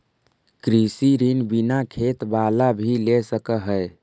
कृषि ऋण बिना खेत बाला भी ले सक है?